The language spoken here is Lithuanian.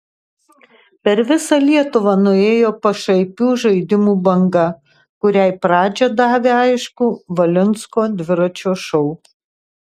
per visą lietuvą nuėjo pašaipių žaidimų banga kuriai pradžią davė aišku valinsko dviračio šou